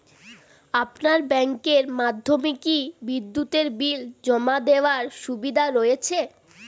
আপনার ব্যাংকের মাধ্যমে কি বিদ্যুতের বিল জমা দেওয়ার সুবিধা রয়েছে?